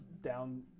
down